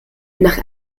nach